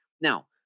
Now